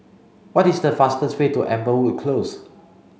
what is the fastest way to Amberwood Close